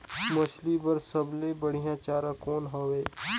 मछरी बर सबले बढ़िया चारा कौन हवय?